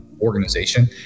organization